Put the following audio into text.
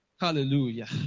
Hallelujah